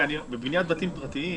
בבניית בתים פרטיים,